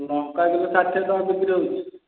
ଲଙ୍କା kilo ଷାଠିଏ ଟଙ୍କା ବିକ୍ରି ହେଉଛି